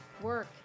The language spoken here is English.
Work